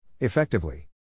Effectively